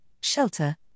shelter